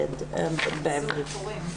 מכורים,